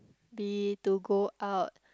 be to go out